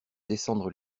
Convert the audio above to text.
descendre